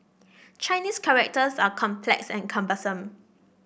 Chinese characters are complex and cumbersome